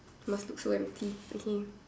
must look so empty okay